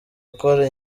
ukora